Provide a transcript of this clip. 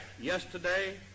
yesterday